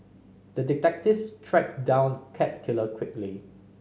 the detective tracked down the cat killer quickly